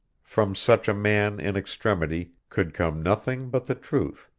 from such a man in extremity could come nothing but the truth,